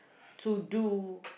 to do